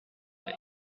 bec